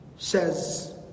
Says